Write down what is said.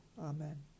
Amen